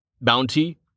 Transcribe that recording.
Bounty